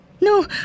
No